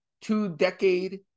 two-decade